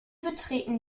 betreten